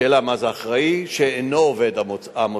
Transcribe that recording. השאלה, מה זה אחראי שאינו עובד המוסד.